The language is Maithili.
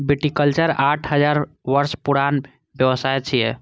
विटीकल्चर आठ हजार वर्ष पुरान व्यवसाय छियै